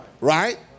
Right